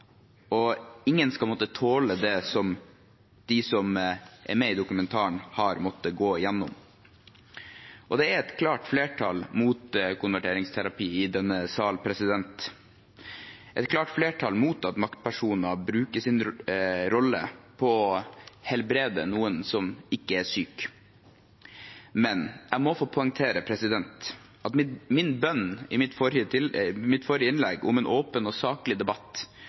og ingen skal måtte tåle det som de som er med i dokumentaren, har måttet gå gjennom. Det er et klart flertall mot konverteringsterapi i denne sal, et klart flertall mot at maktpersoner bruker sin rolle til å helbrede noen som ikke er syke. Men jeg må få poengtere at min bønn i mitt forrige innlegg, om en åpen og saklig debatt,